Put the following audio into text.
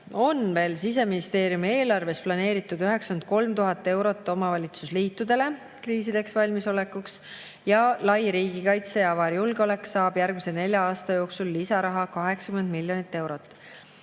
on Siseministeeriumi eelarves planeeritud 93 000 eurot omavalitsusliitudele kriisideks valmisolekuks. Lai riigikaitse ja avar julgeolek saab järgmise nelja aasta jooksul lisaraha 80 miljonit eurot.